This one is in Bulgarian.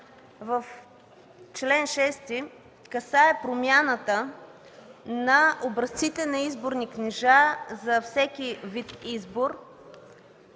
в чл. 6 касае промяната на образците на изборни книжа за всеки вид избор